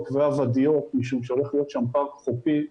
והוואדיות משום שהולך להיות שם פארק חופי,